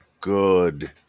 good